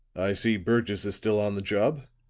i see burgess is still on the job.